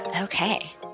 Okay